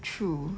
true